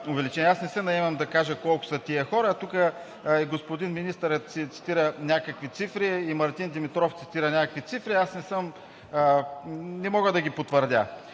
Аз не се наемам да кажа колко са тези хора. Тук и господин министърът цитира някакви цифри, и Мартин Димитров цитира някакви цифри, аз не мога да ги потвърдя.